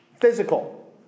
physical